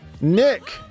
Nick